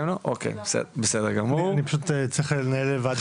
אני פשוט צריך לנהל ועדה אחרת.